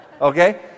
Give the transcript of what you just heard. Okay